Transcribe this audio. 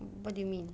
what do you mean